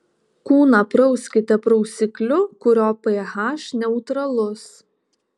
kūną prauskite prausikliu kurio ph neutralus